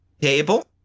table